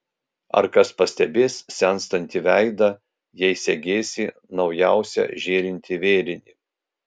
ar kas pastebės senstantį veidą jei segėsi naujausią žėrintį vėrinį